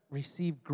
receive